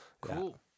cool